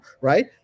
right